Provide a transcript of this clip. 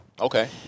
okay